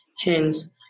Hence